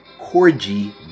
Corgi